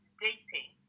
dating